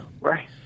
Right